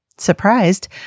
Surprised